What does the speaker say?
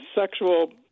sexual